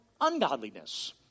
ungodliness